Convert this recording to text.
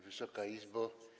Wysoka Izbo!